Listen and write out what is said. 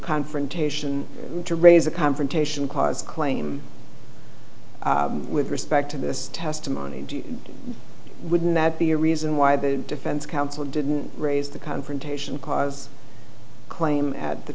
confrontation to raise a confrontation clause claim with respect to this testimony wouldn't that be a reason why the defense counsel didn't raise the confrontation because claim at the